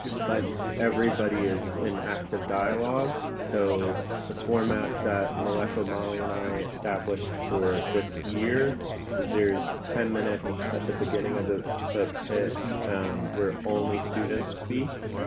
but everybody is in active dialogue. so the format that meleko, molly and i established for this year is there's ten minutes at the beginning of the the pit where only students speak,